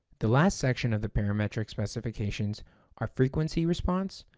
the last section of the parametric specifications are frequency response,